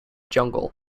jungle